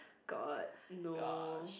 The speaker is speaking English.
god no